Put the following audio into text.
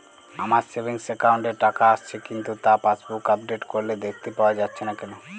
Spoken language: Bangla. আমার সেভিংস একাউন্ট এ টাকা আসছে কিন্তু তা পাসবুক আপডেট করলে দেখতে পাওয়া যাচ্ছে না কেন?